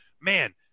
man